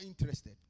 interested